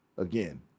Again